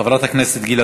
חברת הכנסת גילה